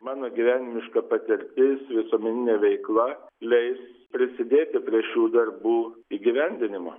mano gyvenimiška patirtis visuomeninė veikla leis prisidėti prie šių darbų įgyvendinimo